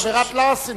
יש עבירת arsoning,